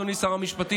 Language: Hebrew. אדוני שר המשפטים,